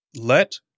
Let